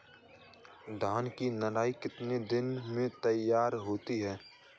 धान की नर्सरी कितने दिनों में तैयार होती है?